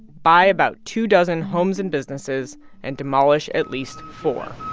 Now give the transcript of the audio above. buy about two dozen homes and businesses and demolish at least four.